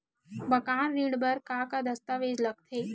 मकान ऋण बर का का दस्तावेज लगथे?